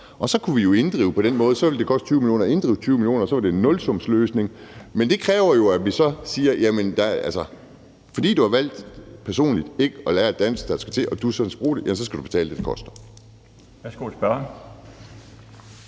Så kunne vi jo inddrive det på den måde, og så ville det koste 20 mio. kr. at inddrive 20 mio. kr., og så var det en nulsumsløsning. Men det kræver jo, at vi så siger: Fordi du personligt har valgt ikke at lære det dansk, der skal til, og du skal bruge det, så skal du betale det, det koster.